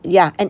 ya and